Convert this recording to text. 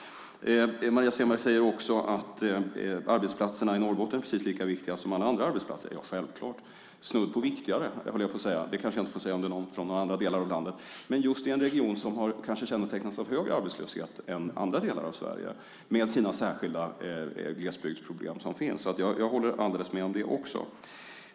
Maria Stenberg säger också att arbetsplatserna i Norrbotten är precis lika viktiga som alla andra arbetsplatser. Det är självklart. De är snudd på viktigare, höll jag på att säga. Det kanske jag inte får säga om det är någon här från andra delar av landet. Det är en region som kanske har kännetecknats av högre arbetslöshet än i andra delar av Sverige med de särskilda glesbygdsproblem som finns. Jag håller alldeles med också om det.